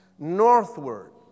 northward